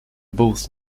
both